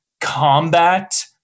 combat